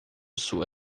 sua